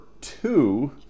two